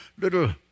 little